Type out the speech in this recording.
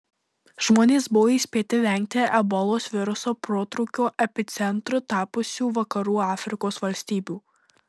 žmonės buvo įspėti vengti ebolos viruso protrūkio epicentru tapusių vakarų afrikos valstybių